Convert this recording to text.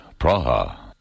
Praha